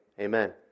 Amen